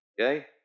Okay